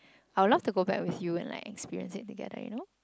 I would love to go back with you and like experience it together you know